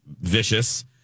vicious